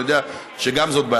ואני יודע שזו גם בעיה.